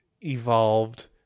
evolved